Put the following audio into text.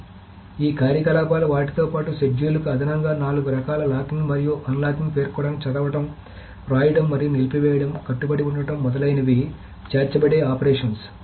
కాబట్టి ఈ కార్యకలాపాలు వాటితో పాటు షెడ్యూల్లకు అదనంగా నాలుగు రకాల లాకింగ్ మరియు అన్లాకింగ్ను పేర్కొనడానికి చదవడం వ్రాయడం మరియు నిలిపివేయడం కట్టుబడి ఉండటం మొదలైనవి చేర్చబడే ఆపరేషన్స్